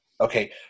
Okay